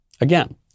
again